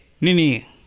nini